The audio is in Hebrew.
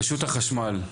רשות החשמל.